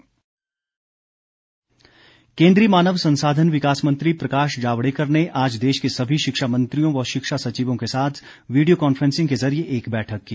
सुरेश भारद्वाज केंद्रीय मानव संसाधन विकास मंत्री प्रकाश जावडेकर ने आज देश के सभी शिक्षा मंत्रियों व शिक्षा सचिवों के साथ वीडियो कांफ्रेंसिंग के जरिए एक बैठक की